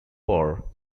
war